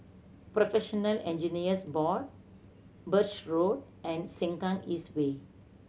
Professional Engineers Board Birch Road and Sengkang East Way